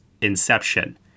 Inception